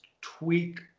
tweak